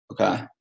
okay